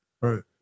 Right